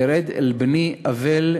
והם לא מקבלים את זה.